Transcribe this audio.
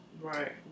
Right